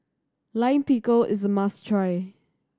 Lime Pickle is a must try